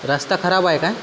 रस्ता खराब आहे काय